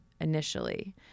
initially